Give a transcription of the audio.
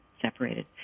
separated